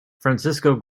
francisco